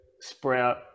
sprout